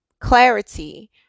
clarity